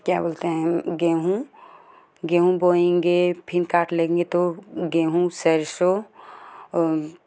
क्या बोलते हैं गेहूँ गेहूँ बोएंगे फिर काट लेंगे तो गेहूँ सरसो तीसी